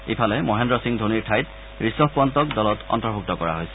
ইফালে মহেন্দ্ৰ সিং ধোনীৰ ঠাইত ঋষভ পণ্টক দলত অন্তৰ্ভুক্ত কৰা হৈছে